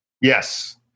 yes